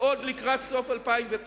עוד לקראת סוף 2009